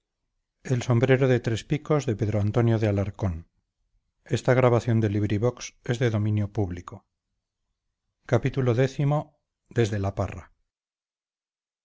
del sombrero de tres picos en aquel tiempo pues había cerca de la